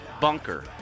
bunker